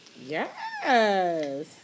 Yes